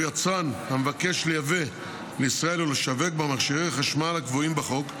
יצרן המבקש לייבא לישראל ולשווק בה מכשירי חשמל הקבועים בחוק,